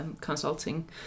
consulting